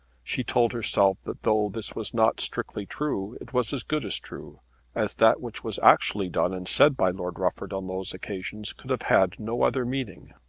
she told herself that though this was not strictly true, it was as good as true as that which was actually done and said by lord rufford on those occasions could have had no other meaning.